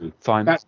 fine